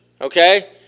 okay